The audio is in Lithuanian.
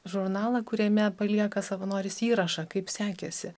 žurnalą kuriame palieka savanoris įrašą kaip sekėsi